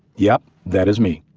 yep, that is me,